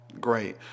Great